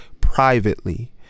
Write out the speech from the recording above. privately